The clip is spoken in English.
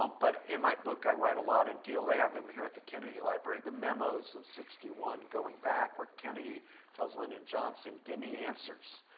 um but in my book, i write a lot and they have them here at the kennedy library, the memos of sixty one going back, where kennedy tells lyndon johnson gimme answers.